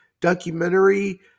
documentary